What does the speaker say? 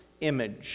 image